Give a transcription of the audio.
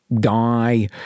guy